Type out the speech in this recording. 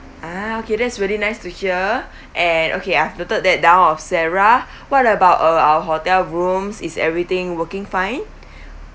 ah okay that's really nice to hear and okay I've noted that down of sarah what about uh our hotel rooms is everything working fine